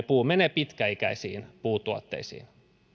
puu menee pitkäikäisiin puutuotteisiin